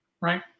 right